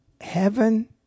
heaven